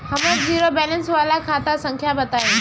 हमर zero balance वाला खाता संख्या बताई?